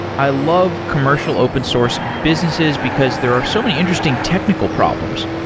i love commercial open source businesses because there are so many interesting technical problems.